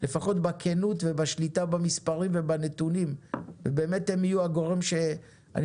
לפחות בכנות ובשליטה במספרים ובנתונים ובאמת הם יהיו הגורם שאני